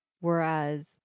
Whereas